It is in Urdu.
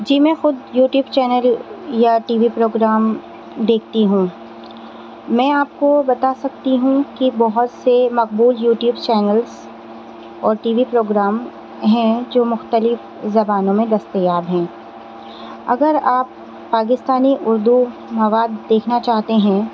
جی میں خود یوٹیوب چینل یا ٹی وی پروگرام دیکھتی ہوں میں آپ کو بتا سکتی ہوں کہ بہت سے مقبول یوٹیوب چینلس اور ٹی وی پروگرام ہیں جو مختلف زبانوں میں دستیاب ہیں اگر آپ پاکستانی اردو مواد دیکھنا چاہتے ہیں